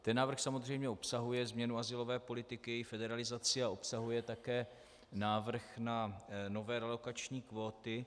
Ten návrh samozřejmě obsahuje změnu azylové politiky, její federalizaci, a obsahuje také návrh na nové relokační kvóty.